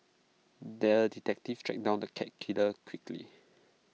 the detective tracked down the cat killer quickly